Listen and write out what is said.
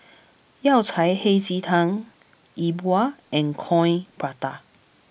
Yao Cai Hei Ji Tang Yi Bua and Coin Prata